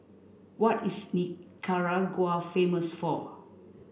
what is Nicaragua famous for